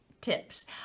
tips